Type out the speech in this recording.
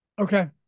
Okay